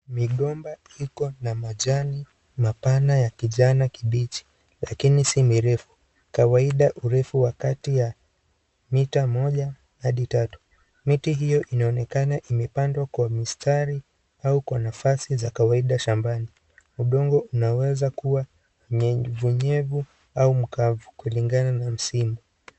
Migomba iko na majani mapana ya kijani kibichi lakini si mirefu kawaida urefu wa kati ya mita moja hadi tatu. Miti hio inaonekana imepandwa kwa mistari au kwa nafasi za kawaida shambani. Udongo unaweza kuwa unyevunyevu au mkavu kulingana na msimu.